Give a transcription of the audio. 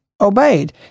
obeyed